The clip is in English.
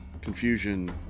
Confusion